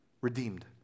redeemed